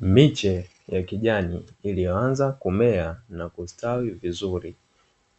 Miche ya kijani iliyoanza kumea na kustawi vizuri